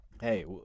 Hey